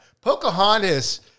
Pocahontas